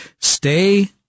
stay